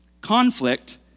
conflict